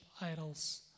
idols